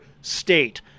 state